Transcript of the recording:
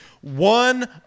one